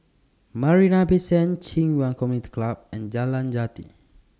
Marina Bay Sands Ci Yuan Community Club and Jalan Jati